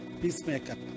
Peacemaker